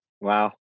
Wow